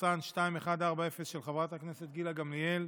של חברת הכנסת גילה גמליאל,